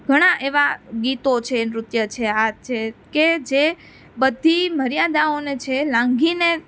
ઘણા એવા ગીતો છે નૃત્ય છે આ છે કે જે બધી મર્યાદાઓને જે લાંગીને